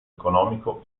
economico